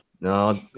No